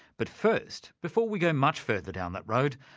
but first, before we go much further down that road,